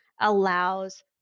allows